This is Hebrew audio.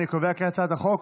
נגד יובל שטייניץ,